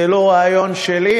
זה לא רעיון שלי,